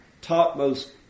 topmost